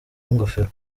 ingofero